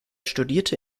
studierte